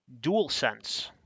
DualSense